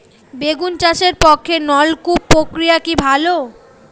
বেগুন চাষের পক্ষে নলকূপ প্রক্রিয়া কি ভালো?